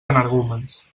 energúmens